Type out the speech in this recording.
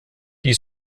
die